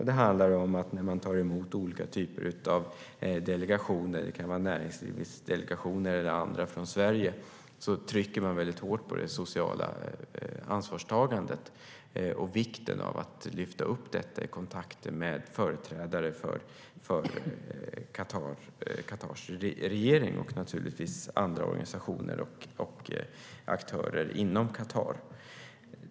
Det handlar också om att när vi tar emot svenska delegationer, till exempel näringslivsdelegationer eller andra, trycka hårt på det sociala ansvarstagandet och vikten av att lyfta upp detta i kontakten med företrädare för Qatars regering och andra organisationer och aktörer inom Qatar.